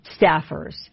staffers